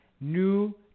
new